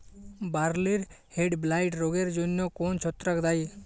বার্লির হেডব্লাইট রোগের জন্য কোন ছত্রাক দায়ী?